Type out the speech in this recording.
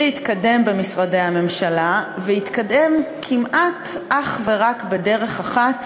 להתקדם במשרדי הממשלה והתקדם כמעט אך ורק בדרך אחת,